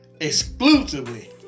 exclusively